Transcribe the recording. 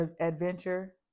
adventure